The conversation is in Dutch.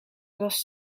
was